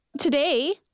Today